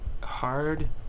Hard